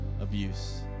abuse